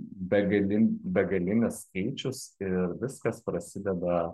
begalin begalinis skaičius ir viskas prasideda